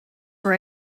were